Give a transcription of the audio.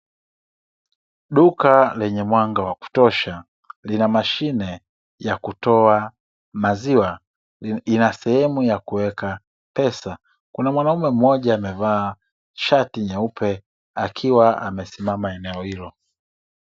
Duka lenye mwanga wa kutosha lina mashine ya kutoa maziwa, inasehemu ya kuweka pesa, kuna mwanaume mmoja amevaa shati nyeupe akiwa amesimama eneo hilo.